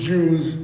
Jews